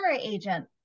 agent